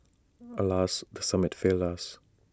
alas the summit failed us